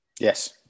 yes